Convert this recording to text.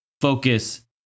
focus